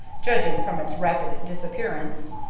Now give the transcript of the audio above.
judging from its rapid disappearance.